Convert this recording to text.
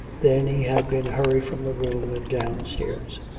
then he had been hurried from the room and downstairs.